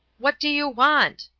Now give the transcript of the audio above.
what do you want?